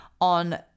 on